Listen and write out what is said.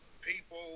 people